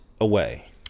away